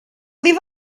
leave